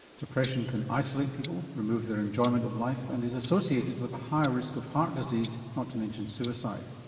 depression can isolate people, remove their enjoyment of life and is associated with a higher risk of heart disease not to mention suicide.